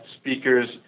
speakers